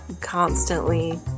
constantly